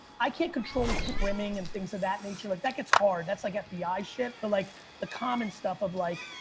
i can't control trimming and things of that nature. like that gets hard. that's like fbi shit. but like the common stuff of like,